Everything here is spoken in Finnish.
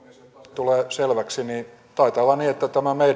tulee selväksi niin taitaa olla niin että